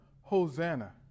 Hosanna